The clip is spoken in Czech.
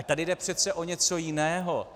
Tady jde přece o něco jiného.